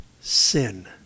sin